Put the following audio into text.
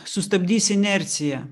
sustabdys inerciją